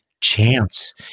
chance